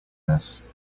this